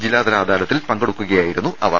ജില്ലാ തല അദാലത്തിൽ പങ്കെടുക്കുകയായിരുന്നു അവർ